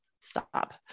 stop